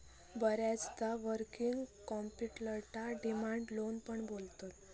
बऱ्याचदा वर्किंग कॅपिटलका demand loan पण बोलतत